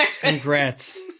Congrats